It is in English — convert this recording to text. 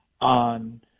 on